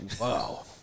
wow